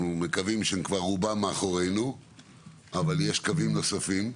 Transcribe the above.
אנחנו מקווים שכבר הרוב מאחורינו אבל יש קווים נוספים,